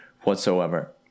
whatsoever